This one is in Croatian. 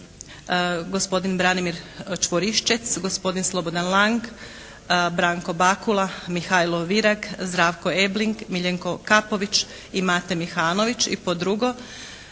gospodin Branimir Čvoriščec, gospodin Slobodan Lang, Branko Bakula, Mihajlo Vireg, Zdravko Ebling, Miljenko Kapović i Mate Mihanović. I pod drugo.